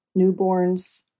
newborns